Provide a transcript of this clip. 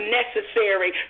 necessary